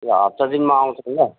यो हप्ता दिनमा आउँछौँ ल